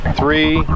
three